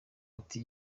ati